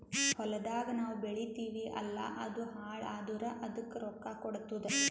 ಹೊಲ್ದಾಗ್ ನಾವ್ ಬೆಳಿತೀವಿ ಅಲ್ಲಾ ಅದು ಹಾಳ್ ಆದುರ್ ಅದಕ್ ರೊಕ್ಕಾ ಕೊಡ್ತುದ್